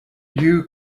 you